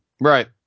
Right